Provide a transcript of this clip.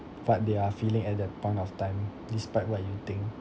what they are feeling at that point of time despite what you think